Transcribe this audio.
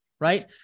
Right